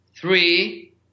three